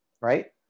right